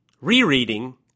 rereading